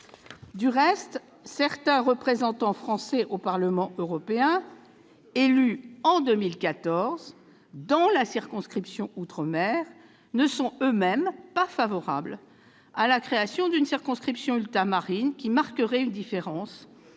Au reste, certains représentants français au Parlement européen, élus en 2014 dans la circonscription d'outre-mer, ne sont eux-mêmes pas favorables à la création d'une circonscription ultramarine, ... Lesquels ?... qui marquerait une différence